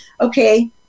okay